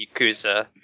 Yakuza